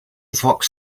fox